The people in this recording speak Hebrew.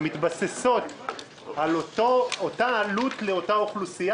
מתבססות על אותה עלות לאותה אוכלוסייה?